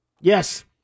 Yes